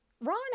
Ron